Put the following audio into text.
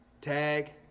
Tag